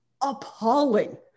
appalling